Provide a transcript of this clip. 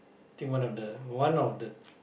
I think one of the one of the